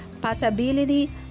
possibility